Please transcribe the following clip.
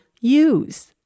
use